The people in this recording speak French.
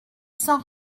sans